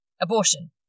abortion